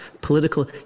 Political